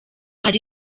hari